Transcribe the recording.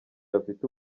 bafite